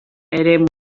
eremua